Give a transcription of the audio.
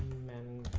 man.